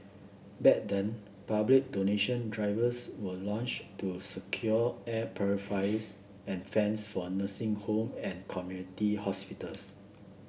back then public donation drivers were launched to secure air purifiers and fans for nursing homes and community hospitals